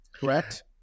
correct